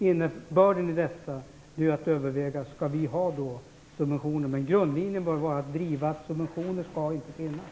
Innebörden i detta är att det bör övervägas om det skall vara subventioner. Men den grundlinje som bör drivas är att subventioner inte skall finnas.